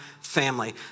family